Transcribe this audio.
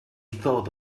thought